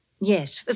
Yes